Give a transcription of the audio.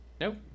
Nope